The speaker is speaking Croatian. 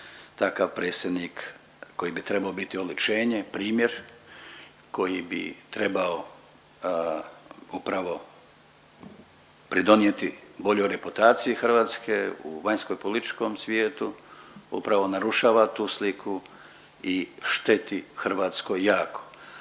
takav predsjednik koji bi trebao biti oličenje, primjer, koji bi trebao upravo pridonijeti boljoj reputaciji Hrvatske u vanjskopolitičkom svijetu upravo narušava tu sliku i šteti Hrvatskoj jako.